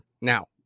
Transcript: Now